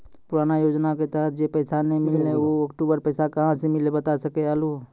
पुराना योजना के तहत जे पैसा नै मिलनी ऊ अक्टूबर पैसा कहां से मिलते बता सके आलू हो?